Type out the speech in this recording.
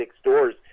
stores